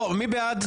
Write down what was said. מי בעד?